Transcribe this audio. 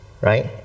Right